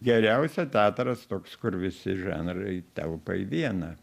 geriausia teatras toks kur visi žanrai telpa į vieną